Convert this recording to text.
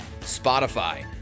Spotify